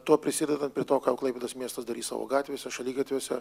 tuo prisidedant prie to ką klaipėdos miestas darys savo gatvėse šaligatviuose